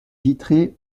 vitrée